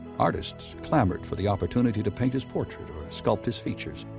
artists clamored for the opportunity to paint his portrait or sculpt his features.